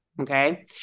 Okay